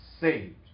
saved